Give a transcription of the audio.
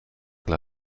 dla